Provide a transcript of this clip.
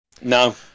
No